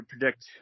predict